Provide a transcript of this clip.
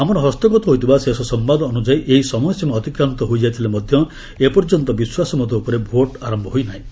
ଆମର ହସ୍ତଗତ ହୋଇଥିବା ଶେଷ ସମ୍ଭାଦ ଅନୁଯାୟୀ ଏହି ସମୟସୀମା ଅତିକ୍ରାନ୍ତ ହୋଇଯାଇଥିଲେ ମଧ୍ୟ ଏପର୍ଯ୍ୟନ୍ତ ବିଶ୍ୱାସମତ ଉପରେ ଭୋଟ୍ ଆରମ୍ଭ ହୋଇନାହିଁ